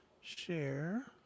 Share